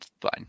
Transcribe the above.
Fine